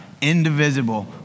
indivisible